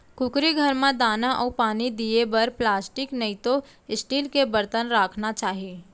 कुकरी घर म दाना अउ पानी दिये बर प्लास्टिक नइतो स्टील के बरतन राखना चाही